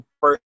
first